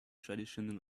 traditional